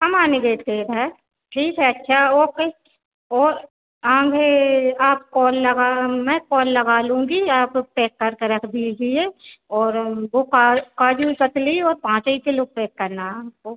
हमानी gate पर इधर ठीक है क्या ओके और आधे आप कॉल लगा मैं कॉल लगा लूँगी आप पैक कर कर रख दीजिए और वह काजू कतली पाँच यह किलो पैक करना वह